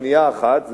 בשנייה אחת.